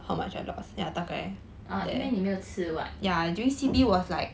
oh 因为你没有吃 [what]